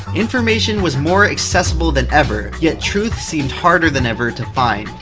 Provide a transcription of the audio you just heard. information was more accessible than ever, yet truth seemed harder than ever to find.